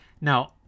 Now